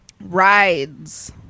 Rides